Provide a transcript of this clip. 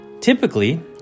Typically